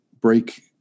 break